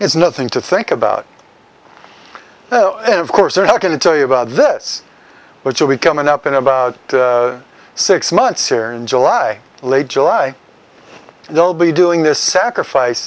it's nothing to think about of course they're not going to tell you about this which will be coming up in about six months here in july late july they'll be doing this sacrifice